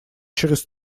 через